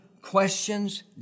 Questions